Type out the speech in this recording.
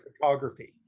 photography